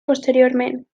posteriorment